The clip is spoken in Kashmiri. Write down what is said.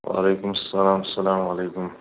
وعلیکُم السَلام اَلسلامُ علیکُم